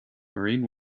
marine